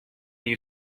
you